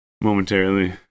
momentarily